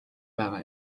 байгаа